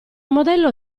modello